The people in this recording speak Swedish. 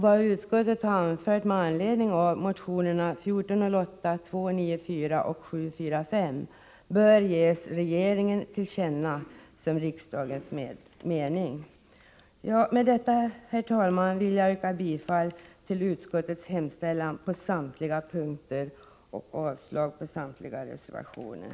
Vad utskottet anfört med anledning av motionerna 1408, 294 och 745 bör ges regeringen till känna som riksdagens mening. Med detta, herr talman, vill jag yrka bifall till utskottets hemställan på samtliga punkter och avslag på samtliga reservationer.